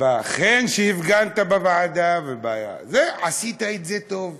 בחן שהפגנת בוועדה ובזה, עשית את זה טוב,